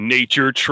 Nature